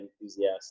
enthusiast